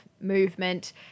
movement